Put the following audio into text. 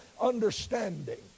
understanding